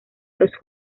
los